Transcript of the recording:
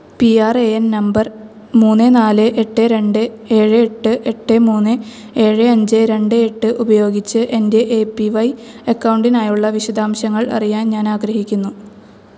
P ആറ് A N number മൂന്ന് നാല് എട്ട് രണ്ട് ഏഴ് എട്ട് എട്ട് മൂന്ന് ഏഴ് അഞ്ച് രണ്ട് എട്ട് ഉപയോഗിച്ച് എന്റെ ഏ പ്പീ വൈ എക്കൗണ്ടിനായുള്ള വിശദാംശങ്ങൾ അറിയാൻ ഞാൻ ആഗ്രഹിക്കുന്നു